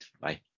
Bye